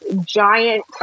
giant